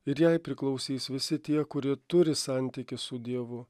ir jai priklausys visi tie kurie turi santykį su dievu